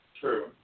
True